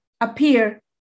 appear